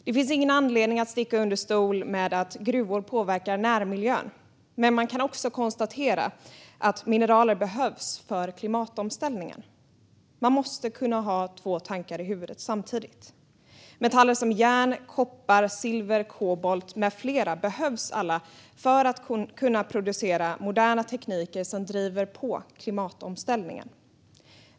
Det finns ingen anledning att sticka under stol med att gruvor påverkar närmiljön, men man kan också konstatera att mineraler behövs för klimatomställningen. Man måste kunna ha två tankar i huvudet samtidigt. Metaller som järn, koppar, silver, kobolt med flera behövs alla för att producera moderna tekniker som driver på klimatomställningen.